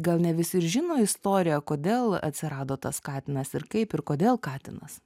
gal ne visi ir žino istoriją kodėl atsirado tas katinas ir kaip ir kodėl katinas